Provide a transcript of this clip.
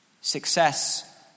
Success